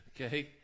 Okay